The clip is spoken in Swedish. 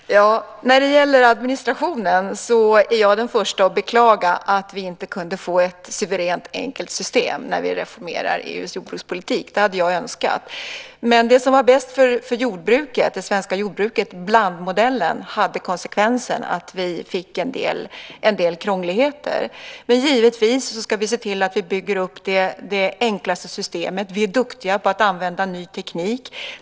Herr talman! När det gäller administrationen är jag den första att beklaga att vi inte kunde få ett suveränt enkelt system när vi reformerar EU:s jordbrukspolitik. Det hade jag önskat. Det som var bäst för det svenska jordbruket, blandmodellen, hade den konsekvensen att vi fick en del krångligheter. Men givetvis ska vi se till att vi bygger upp det enklaste systemet. Vi är duktiga på att använda ny teknik.